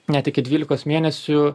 net iki dvylikos mėnesių